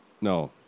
No